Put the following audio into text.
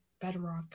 Bedrock